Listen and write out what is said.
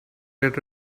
get